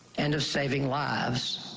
and of saving lives.